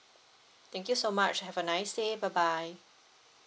thank you so much have a nice day bye bye